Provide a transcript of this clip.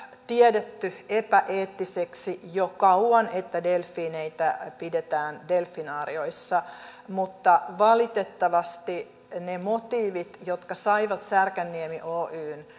tiedetty epäeettiseksi jo kauan että delfiineitä pidetään delfinaarioissa mutta valitettavasti ne motiivit jotka saivat särkänniemi oyn